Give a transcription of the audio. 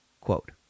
Quote